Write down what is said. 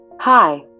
Hi